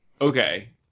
Okay